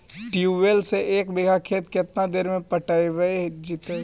Tubewell से एक बिघा खेत केतना देर में पटैबए जितै?